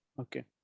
okay